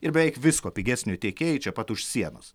ir beveik visko pigesnio tiekėjai čia pat už sienos